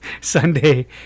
Sunday